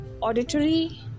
auditory